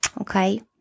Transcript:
okay